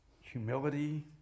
humility